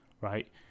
right